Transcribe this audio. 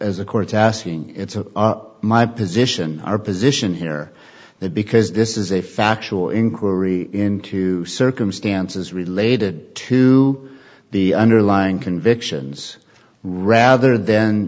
a court asking it's my position our position here because this is a factual inquiry into circumstances related to the underlying convictions rather than